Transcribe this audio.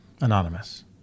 Anonymous